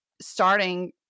starting